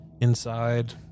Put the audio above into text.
inside